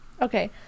Okay